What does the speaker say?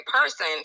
person